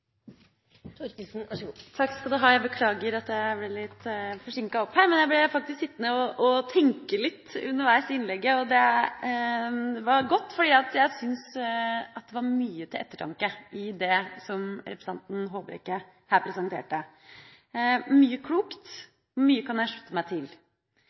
Jeg beklager at jeg ble litt forsinket opp hit, men jeg ble faktisk sittende og tenke litt underveis i representantens innlegg, og det var godt, for jeg syns det var mye til ettertanke i det som representanten Håbrekke her presenterte – mye klokt og mye jeg kan slutte meg til.